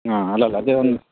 ಹಾಂ ಹಾಂ ಅಲ್ಲಲ್ಲ ಅದೆ ಒಂದು